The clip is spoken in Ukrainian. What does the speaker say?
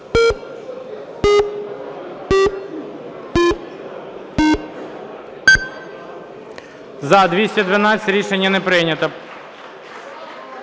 За-212 Рішення не прийнято.